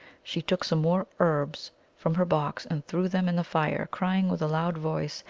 she took some more herbs from her box and threw them in the fire, crying with a loud voice,